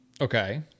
Okay